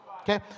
Okay